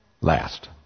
last